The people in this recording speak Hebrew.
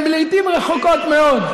לעיתים רחוקות מאוד,